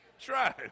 try